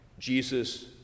Jesus